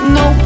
no